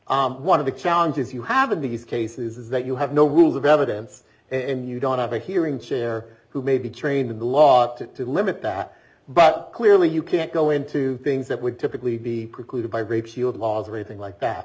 one of the challenges you have in these cases is that you have no rules of evidence in you don't have a hearing chair who may be trained in the law to limit that but clearly you can't go into things that would typically be precluded by rape shield laws or anything like that